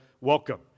welcome